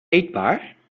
eetbaar